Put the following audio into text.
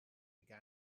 began